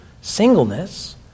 singleness